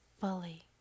fully